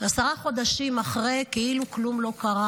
עשרה חודשים אחרי כאילו כולם לא קרה.